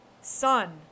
son